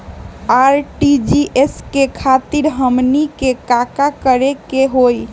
RTGS करे खातीर हमनी के का करे के हो ई?